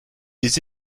des